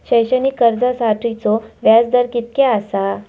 शैक्षणिक कर्जासाठीचो व्याज दर कितक्या आसा?